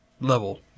level